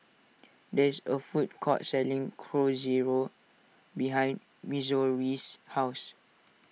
there is a food court selling Chorizo behind Missouri's house